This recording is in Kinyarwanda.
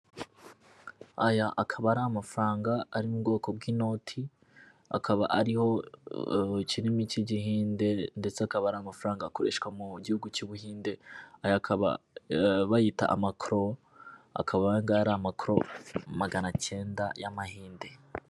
Aya akaba ari amafaranga ari mu bwoko bw'inoti, akaba ariho ikirimi cy'Igihinde ndetse akaba aramafaranga akoreshwa mu gihugu cy'Ubuhinde, aya bakaba bayita amakoro, akabaga ayangaya ari amakoro maganakenda y'Amahinde.